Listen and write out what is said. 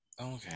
Okay